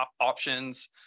options